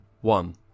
one